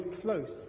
close